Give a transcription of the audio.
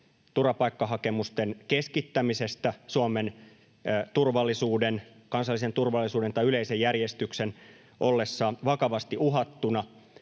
turvapaikkahakemusten keskittämisestä Suomen turvallisuuden, kansallisen turvallisuuden tai yleisen järjestyksen ollessa vakavasti uhattuna,